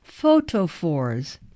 Photophores